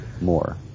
more